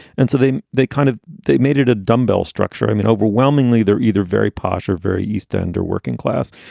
and so they they kind of they made it a dumbbell structure. i mean, overwhelmingly, they're either very posh or very eastend or working class.